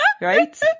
right